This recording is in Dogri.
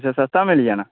अच्छा सस्ता मिली जाना